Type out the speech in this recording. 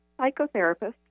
psychotherapist